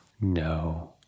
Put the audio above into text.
no